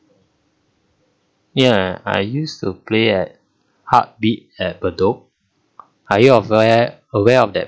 ya I used to play at heartbeat at bedok are you aware aware of that